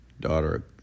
daughter